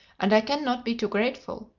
and i can not be too grateful.